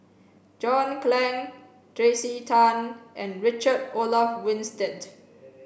John Clang Tracey Tan and Richard Olaf Winstedt